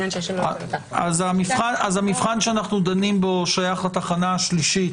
אז המבחן שאנו דנים בו שייך לתחנה השלישית,